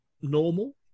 normal